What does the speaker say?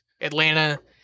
Atlanta